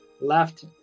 left